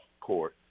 court